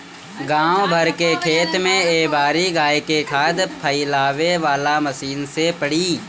गाँव भर के खेत में ए बारी गाय के खाद फइलावे वाला मशीन से पड़ी